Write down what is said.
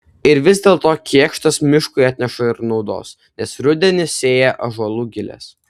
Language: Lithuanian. ir vis dėlto kėkštas miškui atneša ir naudos nes rudenį sėja ąžuolų giles